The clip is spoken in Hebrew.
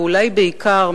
ואולי בעיקר,